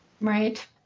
right